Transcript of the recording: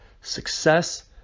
success